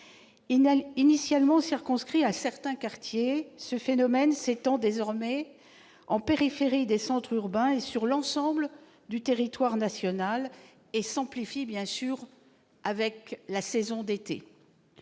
Initialement circonscrit à certains quartiers, ce phénomène s'étend désormais en périphérie des centres urbains et sur l'ensemble du territoire national, et s'amplifie bien sûr avec l'été.